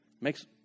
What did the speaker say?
makes